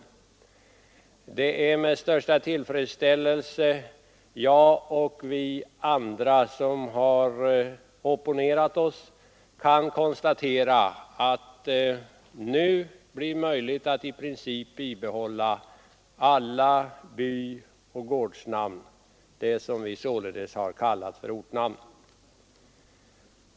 Det är nu med största tillfredsställelse som jag och andra som har opponerat sig kan konstatera att det blir möjligt att i princip bibehålla alla byoch gårdsnamn, alltså det som vi har kallat för ortnamn.